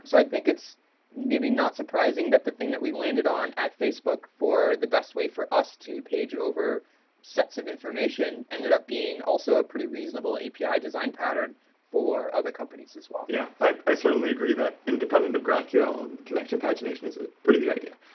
so i think it's maybe not surprising that the thing that we landed on at facebook for the best way for us to page over sets of information ended up being also a pretty reasonable api design pattern for other companies as well yeah, i certainly agree that independent of graphql um connecting pagination is a pretty good idea.